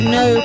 no